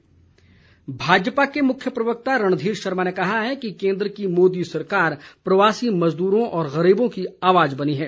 रणधीर शर्मा भाजपा के मुख्य प्रवक्ता रणधीर शर्मा ने कहा है कि केन्द्र की मोदी सरकार प्रवासी मज़दूरों और गरीबों की आवाज बनी है